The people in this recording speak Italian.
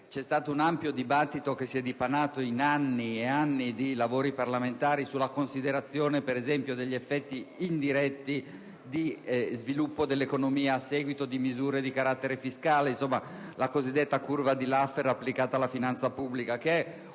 è stato un ampio dibattito, che si è dipanato in anni e anni di lavori parlamentari, sulla considerazione degli effetti indiretti sullo sviluppo dell'economia delle misure di carattere fiscale, la cosiddetta curva di Laffer applicata alla finanza pubblica. È una